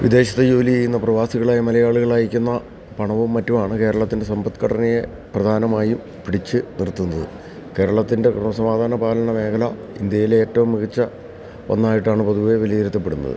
വിദേശത്ത് ജോലി ചെയ്യുന്ന പ്രവാസികളായ മലയാളികൾ അയക്കുന്ന പണവും മറ്റും ആണ് കേരളത്തിൻ്റെ സമ്പദ്ഘടനയെ പ്രധാനമായും പിടിച്ച് നിർത്തുന്നത് കേരളത്തിൻ്റെ ക്രമസമാധാന പാലന മേഖല ഇന്ത്യയിൽ ഏറ്റോം മികച്ച ഒന്നായിട്ടാണ് പൊതുവെ വിലയിരുത്തപ്പെടുന്നത്